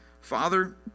Father